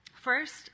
First